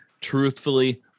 truthfully